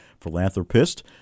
philanthropist